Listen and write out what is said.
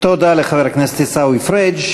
תודה לחבר הכנסת עיסאווי פריג'.